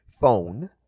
phone